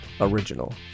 original